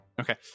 Okay